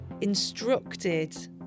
instructed